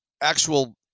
actual